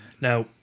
Now